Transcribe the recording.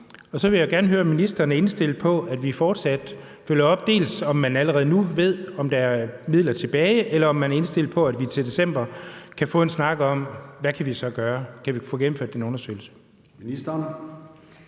Så vil jeg gerne høre, om ministeren er indstillet på, at vi fortsat følger op på, om man allerede nu ved, om der er midler tilbage, eller om man er indstillet på, at vi til december kan få en snak om, hvad vi så kan gøre. Kan vi få gennemført den undersøgelse?